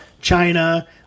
China